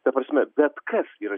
ta prasme bet kas yra